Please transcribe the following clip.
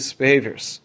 behaviors